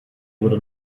wurde